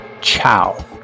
ciao